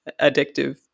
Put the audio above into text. addictive